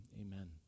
Amen